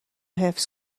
حفظ